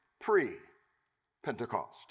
pre-Pentecost